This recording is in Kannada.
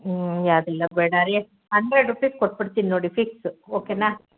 ಹ್ಞೂ ಅದೆಲ್ಲ ಬೇಡರಿ ಹಂಡ್ರೆಡ್ ರುಪೀಸ್ ಕೊಟ್ಬಿಡ್ತೀನಿ ನೋಡಿ ಫಿಕ್ಸ್ ಓಕೆನ